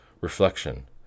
reflection